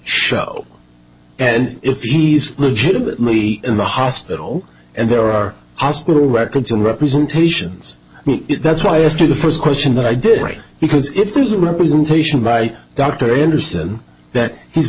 show and if he is legitimately in the hospital and there are hospital records and representations that's why as to the first question that i did great because if there's a representation by dr anderson that he's